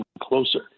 closer